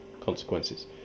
consequences